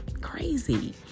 Crazy